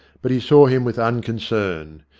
but he saw him with unconcern.